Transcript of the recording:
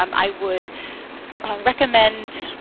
um i would recommend